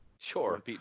Sure